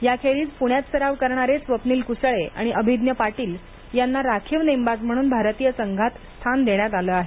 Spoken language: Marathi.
याखेरीज पृण्यात सराव करणारे स्वप्नील कृसळे आणि अभिज्ञ पाटील यांना राखीव नेमबाज म्हणून भारतीय संघात स्थान देण्यात आले आहे